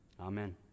Amen